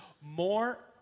more